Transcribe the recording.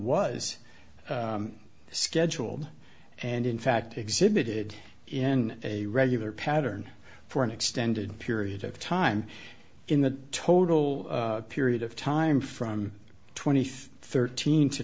was scheduled and in fact exhibited in a regular pattern for an extended period of time in the total period of time from twenty five thirteen to